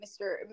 Mr